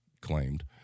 claimed